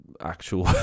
actual